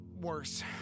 worse